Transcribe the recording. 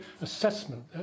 assessment